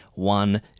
one